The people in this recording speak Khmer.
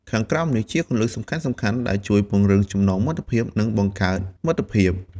ខាងក្រោមនេះជាគន្លឹះសំខាន់ៗដែលជួយពង្រឹងចំណងមិត្តភាព និងបង្កើតមិត្តភាព៖